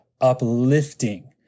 Uplifting